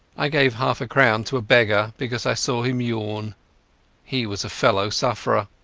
i gave half-a-crown to a beggar because i saw him yawn he was a fellow-sufferer.